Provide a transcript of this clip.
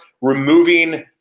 removing